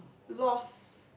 lost